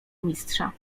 mistrza